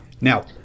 Now